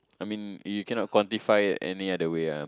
I mean you cannot quantify it any other way ah